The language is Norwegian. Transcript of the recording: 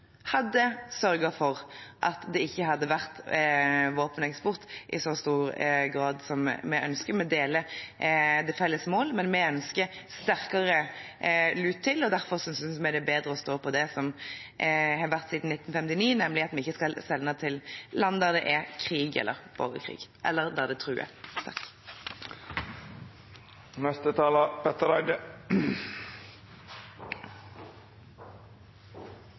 for at det ikke hadde vært våpeneksport i så stor grad, slik vi ønsker. Vi deler det felles målet, men vi ønsker å bruke sterkere lut, og derfor synes vi det er bedre å stå ved det som har vært siden 1959, nemlig at vi ikke skal sende til land der det er krig eller borgerkrig, eller der dette truer. Jeg